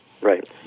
Right